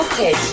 Okay